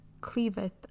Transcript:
cleaveth